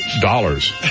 dollars